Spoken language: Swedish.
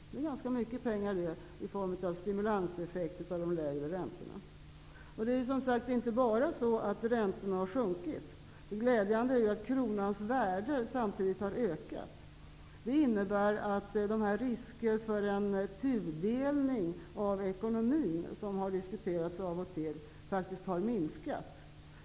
Den här stimulanseffekten, följden av att räntorna har sjunkit, motsvarar alltså ganska mycket pengar. Det är inte bara så att räntorna har sjunkit, utan glädjande är att kronans värde samtidigt har ökat. Det innebär att risken för en tudelning av ekonomin, som har diskuterats av och till, faktiskt har minskat.